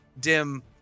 dim